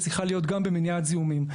צריכה להיות גם במניעת זיהומים.